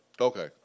Okay